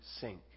sink